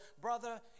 brother